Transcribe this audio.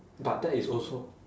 but that is also